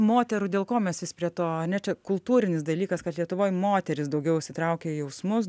moterų dėl ko mes vis prie to ane čia kultūrinis dalykas kad lietuvoj moterys daugiau užsitraukia jausmus